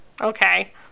Okay